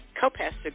Co-Pastor